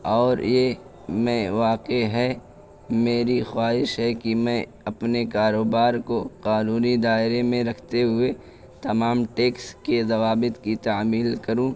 اور یہ میں واقع ہے میری خواہش ہے کہ میں اپنے کاروبار کو قانونی دائرے میں رکھتے ہوئے تمام ٹیکس کے ضوابط کی تعمیل کروں